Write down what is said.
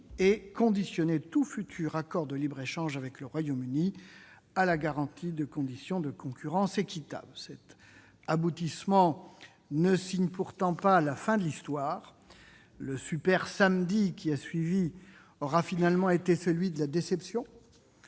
et subordonner tout futur accord de libre-échange avec le Royaume-Uni au respect de conditions de concurrence équitables. Cet aboutissement ne signe pourtant pas la fin de l'histoire : le « super samedi » qui a suivi aura finalement été celui de la déception.